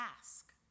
ask